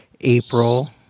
April